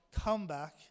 comeback